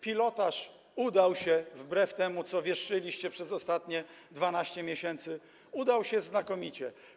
Pilotaż udał się - wbrew temu, co wieszczyliście przez ostatnie 12 miesięcy - znakomicie.